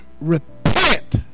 repent